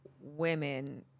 women